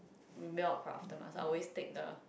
mail across afterwards I always take the